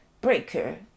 Breaker